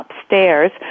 upstairs